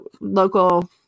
local